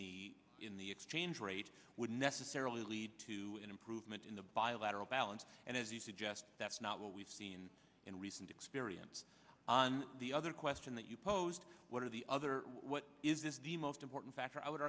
the in the exchange rate would necessarily lead to an improvement in the bilateral balance and as you suggest that's not what we've seen in recent experience on the other question that you posed what are the other what is the most important factor i would